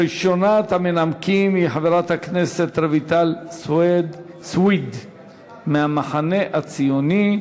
ראשונת המנמקים היא חברת הכנסת רויטל סויד מהמחנה הציוני,